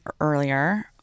earlier